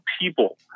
people